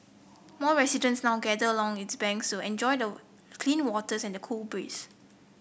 more residents now gather long its banks to enjoy the clean waters and the cool breeze